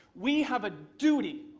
we have a duty,